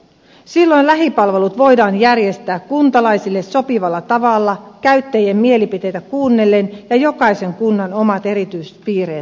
silloin lähipalvelut voidaan järjestää kuntalaisille sopivalla tavalla käyttäjien mielipiteitä kuunnellen ja jokaisen kunnan omat erityispiirteet huomioiden